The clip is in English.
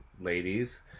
ladies